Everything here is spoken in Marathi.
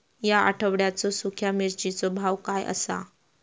या आठवड्याचो सुख्या मिर्चीचो भाव काय आसा?